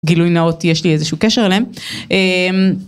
גילוי נאות, יש לי איזשהו קשר להם.